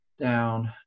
down